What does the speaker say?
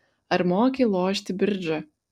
ar moki lošti bridžą